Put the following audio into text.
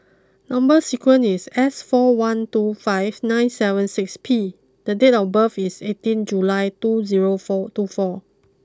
number sequence is S four one two five nine seven six P and date of birth is eighteen July two zero four two four